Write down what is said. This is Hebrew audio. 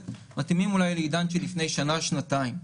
השכל מתאימים לעידן של לפני שנה שנתיים.